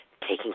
taking